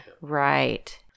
right